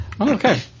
Okay